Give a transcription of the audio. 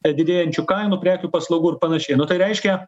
didėjančių kainų prekių paslaugų ir panašiai tai reiškia